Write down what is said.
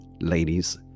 ladies